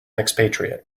expatriate